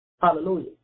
Hallelujah